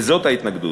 וזאת ההתנגדות,